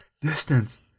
Distance